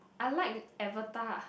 I like avatar